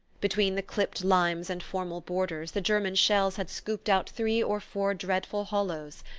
between the clipped limes and formal borders the german shells had scooped out three or four dreadful hollows,